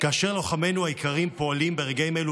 כאשר לוחמינו היקרים פועלים ברגעים אלו